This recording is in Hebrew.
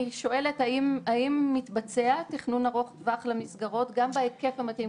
אני שואלת האם מתבצע תכנון ארוך טווח למסגרות - גם בהיקף המתאים,